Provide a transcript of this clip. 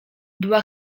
była